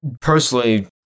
personally